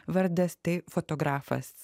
vardas tai fotografas